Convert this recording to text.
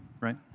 Right